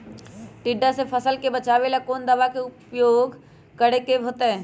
टिड्डा से फसल के बचावेला कौन दावा के प्रयोग करके होतै?